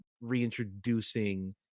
reintroducing